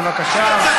בבקשה.